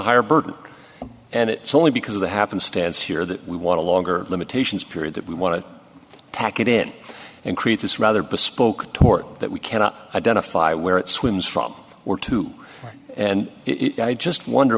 burden and it's only because of the happenstance here that we want a longer limitations period that we want to tack it in and create this rather bespoke tort that we cannot identify where it swims from we're to and i just wonder